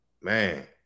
man